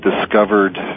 discovered